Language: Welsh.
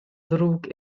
ddrwg